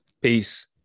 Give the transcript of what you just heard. Peace